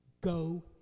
Go